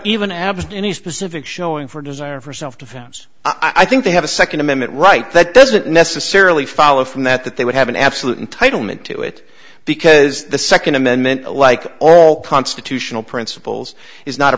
even absent any specific showing for a desire for self defense i think they have a second amendment right that doesn't necessarily follow from that that they would have an absolute entitlement to it because the second amendment like all constitutional principles is not a